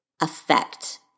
affect